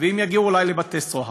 הם יגיעו אולי לבתי-סוהר,